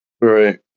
Right